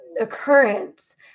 occurrence